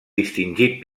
distingit